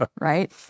right